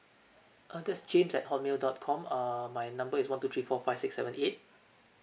uh that's james at hotmail dot com err my number is one two three four five six seven eight